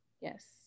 Yes